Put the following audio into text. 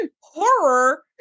horror